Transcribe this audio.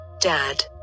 Dad